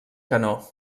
canó